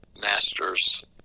masters